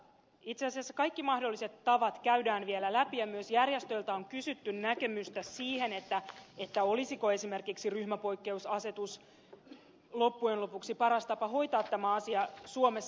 itse asiassa kaikki mahdolliset tavat käydään vielä läpi ja myös järjestöiltä on kysytty näkemystä siihen olisiko esimerkiksi ryhmäpoikkeusasetus loppujen lopuksi paras tapa hoitaa tämä asia suomessa